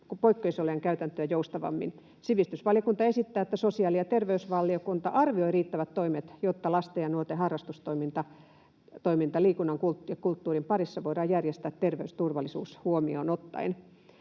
poikkeusolojen käytäntöjä joustavammin. Sivistysvaliokunta esittää, että sosiaali- ja terveysvaliokunta arvioi riittävät toimet, jotta lasten ja nuorten harrastustoiminta liikunnan ja kulttuurin parissa voidaan järjestää terveysturvallisuus huomioon ottaen.